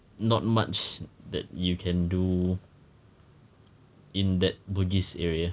not much that you can do in that bugis area